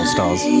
Stars